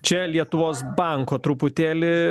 čia lietuvos banko truputėlį